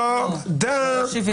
תודה, תודה.